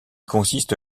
consiste